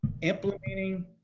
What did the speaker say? implementing